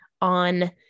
on